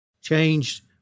changed